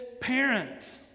parent